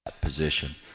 Position